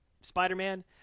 Spider-Man